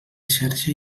xarxa